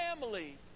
family